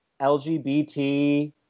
LGBT